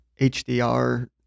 HDR